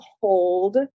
hold